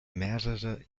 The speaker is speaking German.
mehrere